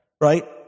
Right